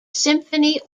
symphony